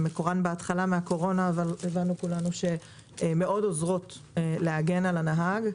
שמקורן מן הקורונה אבל הבנו כולנו שהן עוזרות מאוד להגן על הנהג,